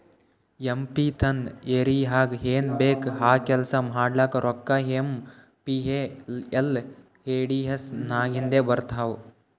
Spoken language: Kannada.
ಎಂ ಪಿ ತನ್ ಏರಿಯಾಗ್ ಏನ್ ಬೇಕ್ ಆ ಕೆಲ್ಸಾ ಮಾಡ್ಲಾಕ ರೋಕ್ಕಾ ಏಮ್.ಪಿ.ಎಲ್.ಎ.ಡಿ.ಎಸ್ ನಾಗಿಂದೆ ಬರ್ತಾವ್